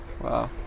wow